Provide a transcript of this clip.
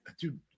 Dude